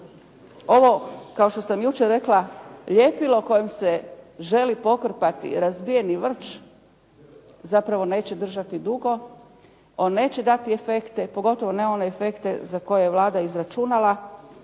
ovo kao što sam jučer rekla, ljepilo kojim se želi pokrpati razbijeni vrč, zapravo neće držati dugo, on neće dati efekte, pogotovo ne one efekte za koje je Vlada izračunala